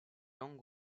langues